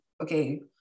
okay